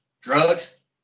Drugs